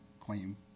claim